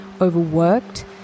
overworked